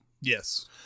Yes